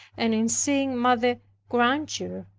and in seeing mother granger.